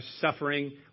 suffering